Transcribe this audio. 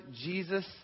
Jesus